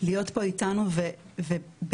להיות פה איתנו ובאמת